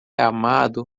amado